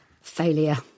failure